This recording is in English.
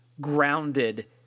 grounded